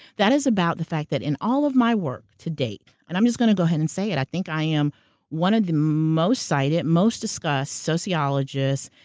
that is about the fact that in all of my work to date, and i'm just going to go ahead and say it. i think i am one of the most cited, most discussed sociologists,